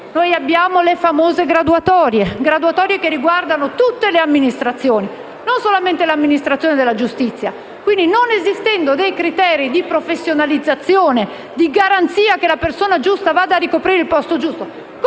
Abbiamo le famose graduatorie, che riguardano tutte le amministrazioni e non solamente l'amministrazione della giustizia. Quindi, non esistendo dei criteri di professionalizzazione e di garanzia che la persona giusta vada a ricoprire il posto giusto,